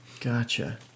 Gotcha